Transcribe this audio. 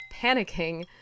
panicking